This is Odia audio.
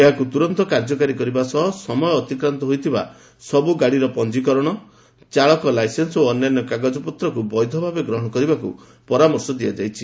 ଏହାକୁ ତୁରନ୍ତ କାର୍ଯ୍ୟକାରୀ କରିବା ସହ ସମୟ ଅତିକ୍ରାନ୍ତ ହୋଇଥିବା ସବୁ ଗାଡ଼ିର ପଞ୍ଜିକରଣ ଚାଳକ ଲାଇସେନ୍ନ ଓ ଅନ୍ୟାନ୍ୟ କାଗଜପତ୍ରକୁ ବୈଧ ଭାବେ ଗ୍ରହଣ କରିବାକୁ ପରାମର୍ଶ ଦିଆଯାଇଛି